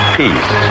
peace